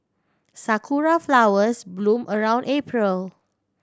sakura flowers bloom around April